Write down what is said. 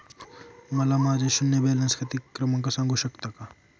मला माझे शून्य बॅलन्स खाते क्रमांक सांगू शकता का?